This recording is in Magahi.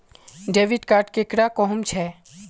डेबिट कार्ड केकरा कहुम छे?